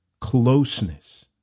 closeness